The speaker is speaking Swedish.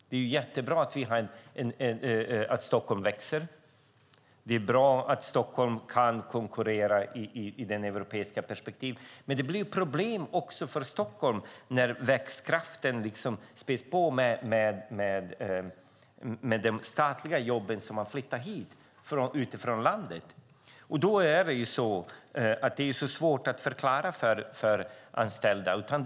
Det är bra att Stockholm växer. Det är bra att Stockholm kan konkurrera i ett europeiskt perspektiv. Men det blir problem också för Stockholm när växtkraften späds på med statliga jobb som flyttar hit utifrån landet. Det är svårt att förklara detta för de anställda.